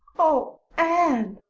oh, anne!